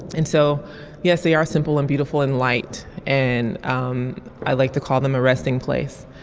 and so yes they are simple and beautiful and light and um i like to call them a resting place.